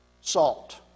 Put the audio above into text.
salt